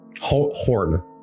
horn